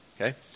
okay